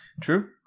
True